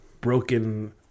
broken